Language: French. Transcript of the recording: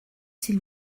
s’il